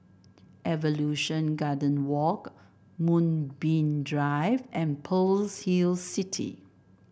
Evolution Garden Walk Moonbeam Drive and Pearl's Hill City